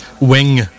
wing